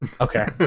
Okay